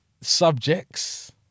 subjects